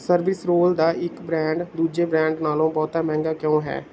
service ਰੋਲ ਦਾ ਇੱਕ ਬ੍ਰਾਂਡ ਦੂਜੇ ਬ੍ਰਾਂਡ ਨਾਲੋਂ ਬਹੁਤ ਮਹਿੰਗਾ ਕਿਉਂ ਹੈ